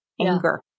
anger